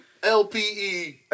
LPE